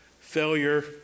failure